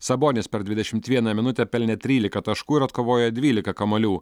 sabonis per dvidešimt vieną minutę pelnė trylika taškų ir atkovojo dvylika kamuolių